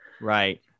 right